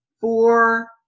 four